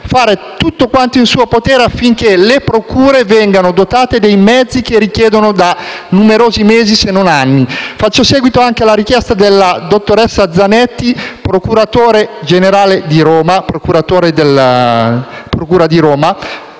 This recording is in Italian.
fare tutto quanto in suo potere affinché le procure vengano dotate dei mezzi che richiedono da numerosi mesi, se non anni. Faccio seguito anche alla richiesta della dottoressa Zanetti, procuratore della Repubblica presso il tribunale di Monza,